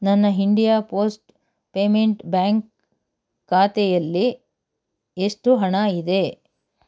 ನನ್ನ India post payment bank ಖಾತೆಯಲ್ಲಿ ಎಷ್ಟು ಹಣ ಇದೆ